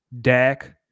Dak